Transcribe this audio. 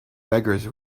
beggars